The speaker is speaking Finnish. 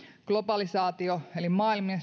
globalisaatio eli